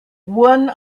one